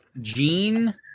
jean